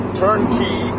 turnkey